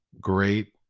great